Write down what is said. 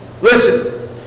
Listen